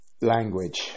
language